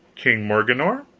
king morganore.